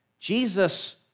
Jesus